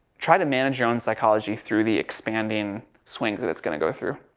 try to manage your own psychology through the expanding swings that it's going to go through.